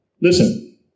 listen